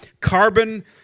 Carbon